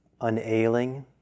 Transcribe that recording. unailing